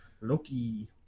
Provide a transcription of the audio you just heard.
Loki